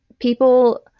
people